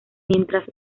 mientras